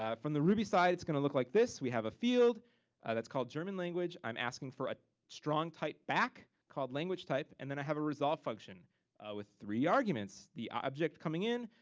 ah from the ruby side, it's gonna look like this. we have a field that's called german language. i'm asking for a strong type back called language type, and then i have a resolve function with three arguments, the object coming in,